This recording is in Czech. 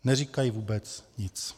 Neříkají vůbec nic.